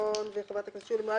בוקר טוב, היום ה-1 לינואר